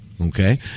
okay